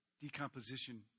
decomposition